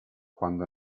quando